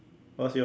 what's yours